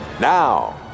Now